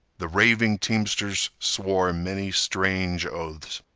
the raving teamsters swore many strange oaths.